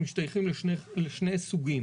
משתייכים לשני סוגים,